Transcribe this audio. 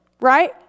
right